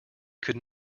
could